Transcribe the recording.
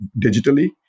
digitally